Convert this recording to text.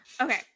Okay